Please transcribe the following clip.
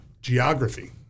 Geography